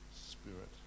Spirit